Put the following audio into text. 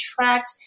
attract